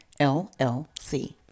LLC